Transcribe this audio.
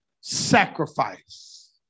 Sacrifice